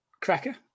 cracker